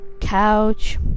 couch